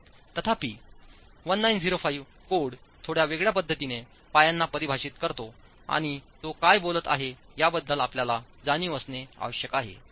तथापि 1905 कोड थोड्या वेगळ्या पद्धतीने पायांना परिभाषित करतो आणि तो काय बोलत आहे याबद्दल आपल्याला जाणीव असणे आवश्यक आहे